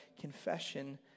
confession